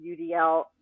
UDL